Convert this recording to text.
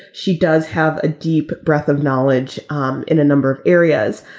she does have a deep breath of knowledge um in a number of areas.